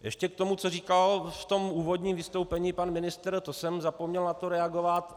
Ještě k tomu, co říkal v úvodním vystoupení pan ministr, to jsem zapomněl na to reagovat.